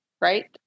Right